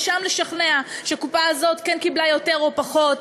ושם לשכנע שהקופה הזאת כן קיבלה יותר או פחות.